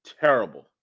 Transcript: terrible